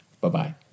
Bye-bye